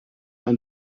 ein